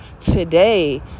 today